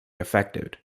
affected